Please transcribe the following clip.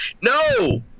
no